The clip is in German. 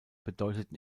bedeutet